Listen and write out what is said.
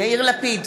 יאיר לפיד,